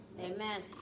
Amen